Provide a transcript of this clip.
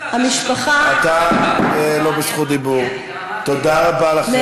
על מה נגיד להם תודה?